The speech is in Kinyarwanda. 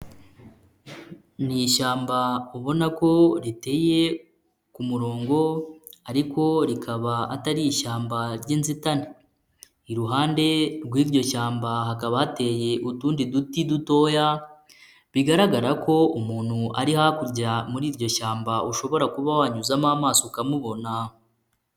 Ni ishyamba ubona ko riteye ku murongo ariko rikaba atari ishyamba ry'inzitane, iruhande rw'iryo shyamba hakaba hateye utundi duti dutoya, bigaragara ko umuntu ari hakurya muri iryo shyamba ushobora kuba wanyuzamo amaso ukamubona.